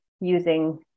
using